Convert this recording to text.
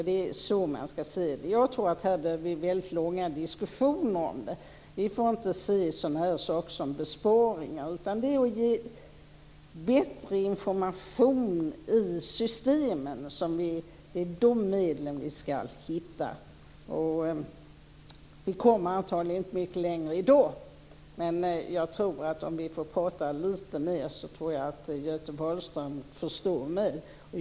Det är så man ska se det. Jag tror att vi behöver ha väldigt långa diskussioner om detta. Vi får inte se sådana här saker som besparingar. Det handlar om att ge bättre information i systemen. Det är medlen för detta som vi måste hitta. Vi kommer antagligen inte mycket längre i dag, men om vi får prata lite mer tror jag att Göte Wahlström förstår mig.